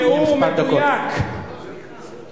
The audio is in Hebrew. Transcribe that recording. שאני לא אביא לך דברים,